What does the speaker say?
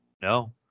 No